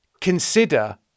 consider